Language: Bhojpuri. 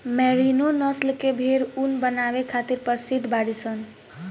मैरिनो नस्ल के भेड़ ऊन बनावे खातिर प्रसिद्ध बाड़ीसन